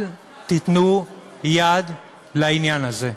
אל תיתנו יד לעניין הזה.